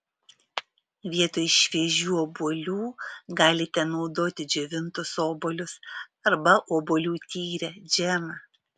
vietoj šviežių obuolių galite naudoti džiovintus obuolius arba obuolių tyrę džemą